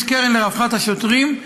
יש קרן לרווחת השוטרים,